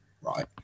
right